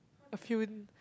a few